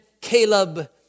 Caleb